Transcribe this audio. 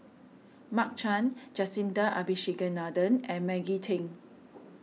Mark Chan Jacintha Abisheganaden and Maggie Teng